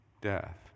death